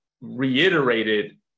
reiterated